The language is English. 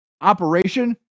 operation